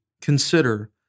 consider